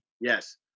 Yes